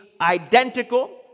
identical